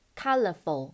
Colorful